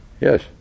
Yes